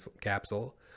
capsule